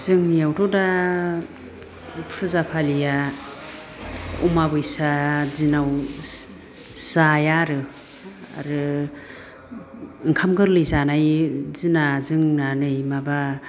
जोंनियावथ' दा फुजा फालिया अमाबैसा दिनाव जाया आरो आरो ओंखाम गोरलै जानाय दिना जोंना नै माबा